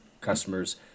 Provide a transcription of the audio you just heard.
customers